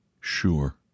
Sure